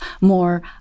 more